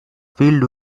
filled